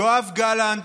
יואב גלנט,